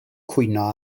cwyno